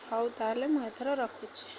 ହଉ ତା'ହେଲେ ମୁଁ ଏଥର ରଖୁଛି